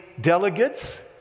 delegates